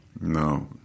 No